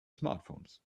smartphones